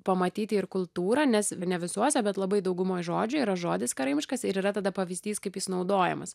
pamatyti ir kultūrą nes ne visuose bet labai daugumoj žodžių yra žodis karaimiškas ir yra tada pavyzdys kaip jis naudojamas